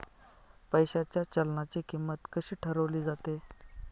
पैशाच्या चलनाची किंमत कशी ठरवली जाते